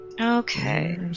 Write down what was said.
Okay